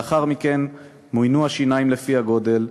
לאחר מכן מוינו השיניים לפי הגודל,